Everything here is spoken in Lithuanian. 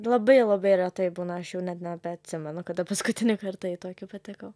labai labai retai būna aš jau net nebeatsimenu kada paskutinį kartą į tokį patekau